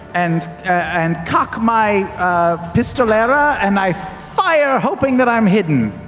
and and cock my pistolera and i fire, hoping that i'm hidden.